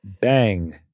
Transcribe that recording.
bang